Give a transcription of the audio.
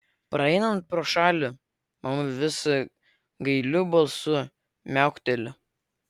praeinant pro šalį mama vis gailiu balsu miaukteli